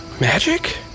Magic